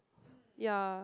ya